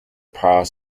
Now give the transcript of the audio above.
power